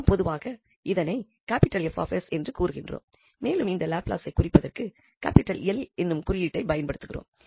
நாம் பொதுவாக இதனை 𝐹𝑠 என்று கூறுகின்றோம் மேலும் இந்த லாப்லாஸ்சை குறிப்பதற்கு 𝐿 என்னும் குறியீடை பயன்படுத்துகிறோம்